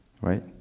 right